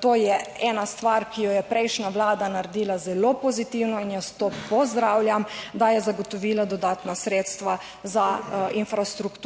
to je ena stvar, ki jo je prejšnja vlada naredila zelo pozitivno in jaz to pozdravljam, da je zagotovila dodatna sredstva za infrastrukturo.